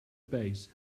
base